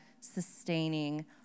sustaining